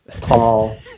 tall